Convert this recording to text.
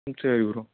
சரி ப்ரோ